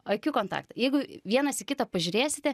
akių kontaktą jeigu vienas į kitą pažiūrėsite